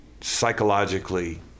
psychologically